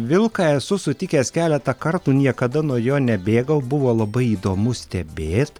vilką esu sutikęs keletą kartų niekada nuo jo nebėgau buvo labai įdomu stebėt